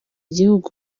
igihugu